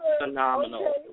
phenomenal